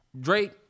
Drake